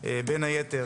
בין היתר,